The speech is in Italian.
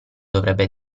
dovrebbe